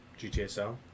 GTSL